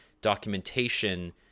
documentation